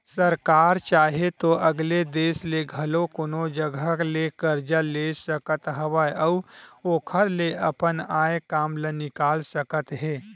सरकार चाहे तो अलगे देस ले घलो कोनो जघा ले करजा ले सकत हवय अउ ओखर ले अपन आय काम ल निकाल सकत हे